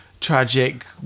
tragic